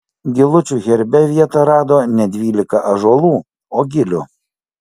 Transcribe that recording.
gilučių herbe vietą rado ne dvylika ąžuolų o gilių